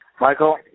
Michael